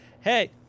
hey